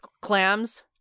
Clams